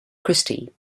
christie